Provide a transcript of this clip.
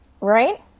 Right